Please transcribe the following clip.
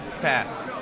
Pass